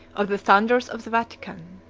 of the thunders of the vatican.